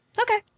Okay